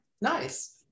Nice